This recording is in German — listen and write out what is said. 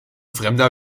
fremder